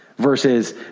Versus